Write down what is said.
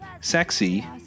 sexy